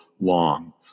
long